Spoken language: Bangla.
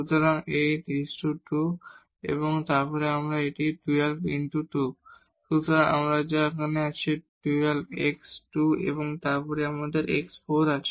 সুতরাং 8 x2 এবং তারপর এটি 12 x2 সুতরাং যা 20 x2 করে তারপর আমাদের x4 আছে